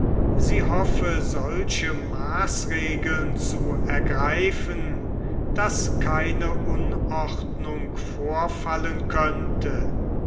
sie hoffe solche maßregeln zu ergreifen daß keine unordnung vorfallen könnte